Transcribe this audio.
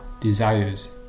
desires